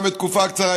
גם בתקופה קצרה,